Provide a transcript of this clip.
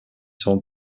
sans